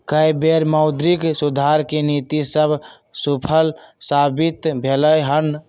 कय बेर मौद्रिक सुधार के नीति सभ सूफल साबित भेलइ हन